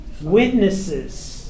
witnesses